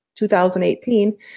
2018